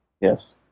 Yes